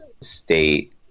state